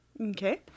okay